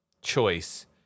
choice